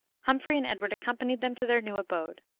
humphrey and edward accompanied them to their new abode.